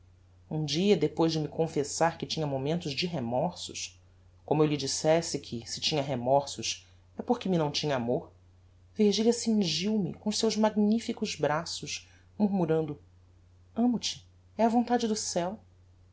um dia depois de me confessar que tinha momentos de remorsos como eu lhe dissesse que se tinha remorsos é porque me não tinha amor virgilia cingiu me com os seus magnificos braços murmurando amo-te é a vontade do ceu